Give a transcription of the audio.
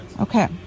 Okay